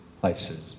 places